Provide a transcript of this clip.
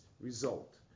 result